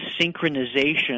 synchronization